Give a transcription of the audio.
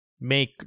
make